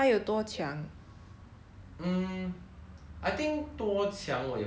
I think 多强我也不懂 orh really 多强 but at least he made it through the